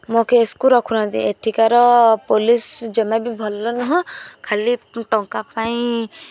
ମୋ କେସ୍କୁ ରଖୁନାହାନ୍ତି ଏଠିକାର ପୋଲିସ ଜମା ବି ଭଲ ନୁହଁ ଖାଲି ଟଙ୍କା ପାଇଁ